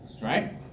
right